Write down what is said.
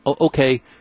okay